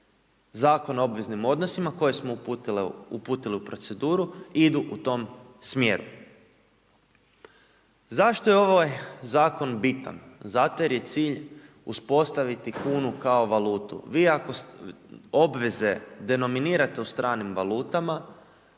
Zakona o obveznim odnosima, koje smo uputili u proceduru idu u tom smjeru. Zašto je ovaj zakon bitan? Zato jer je cilj uspostaviti kunu kao valutu. Vi ako obveze denominirate u stranim valutama,